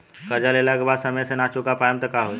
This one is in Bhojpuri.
कर्जा लेला के बाद समय से ना चुका पाएम त का होई?